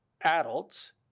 adults